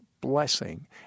Blessing